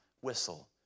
whistle